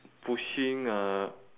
pushing uh